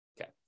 Okay